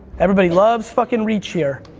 everybody loves fucking reach here.